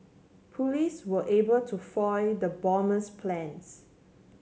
police were able to foil the bomber's plans